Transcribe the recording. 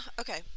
Okay